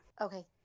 Okay